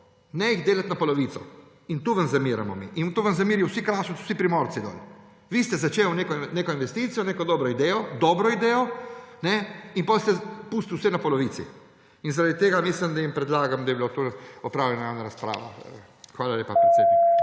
ne jih delati na polovico. In to vam zamerimo mi, in to vam zamerijo vsi Kraševci, vsi Primorci. Vi ste začeli neko investicijo, neko dobro idejo in potem ste pustili vse na polovici. Zaradi tega mislim in predlagam, da bi bila o tem opravljena ena razprava. Hvala lepa, predsednik.